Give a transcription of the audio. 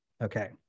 Okay